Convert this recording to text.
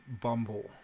Bumble